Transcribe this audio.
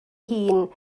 hun